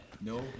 No